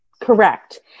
Correct